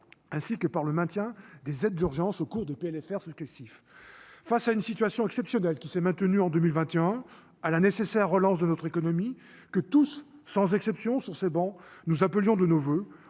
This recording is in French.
ainsi que par le maintien des aides d'urgence au cours de PLFR ce que s'il fait face à une situation exceptionnelle qui s'est maintenu en 2021 à la nécessaire relance de notre économie, que tous, sans exception, sur ces bancs, nous appelions de nos voeux,